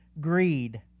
greed